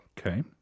Okay